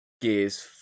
Gears